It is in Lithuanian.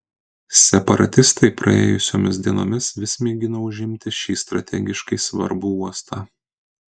separatistai praėjusiomis dienomis vis mėgino užimti šį strategiškai svarbų uostą